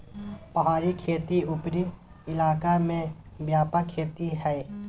पहाड़ी खेती उपरी इलाका में व्यापक खेती हइ